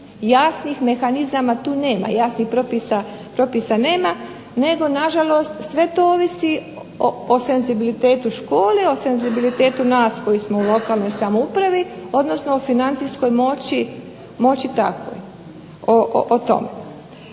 jasnih mehanizama tu nema, jasnih propisa nema nego na žalost sve to ovisi o senzibilitetu škole, o senzibilitetu nas koji smo u lokalnoj samoupravi, odnosno o financijskoj moći takvoj, o tome.